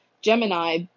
Gemini